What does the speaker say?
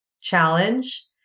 challenge